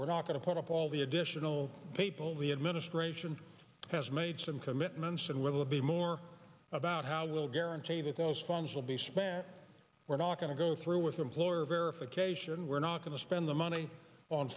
we're not going to put up all the additional people the administration has made some commitments and will be more about how will guarantee that those funds will be spent we're all going to go through with employer verification we're not going to spend the money on